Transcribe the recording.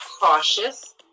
cautious